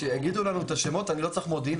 כשיגידו לנו את השמות אני לא צריך מודיעין,